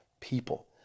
people